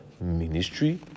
ministry